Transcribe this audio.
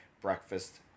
breakfast